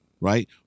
Right